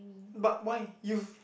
but why you've